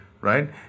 Right